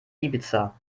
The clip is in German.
ibiza